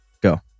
Go